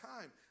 time